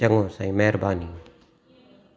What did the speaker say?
चङो साईं महिरबानी